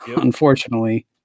unfortunately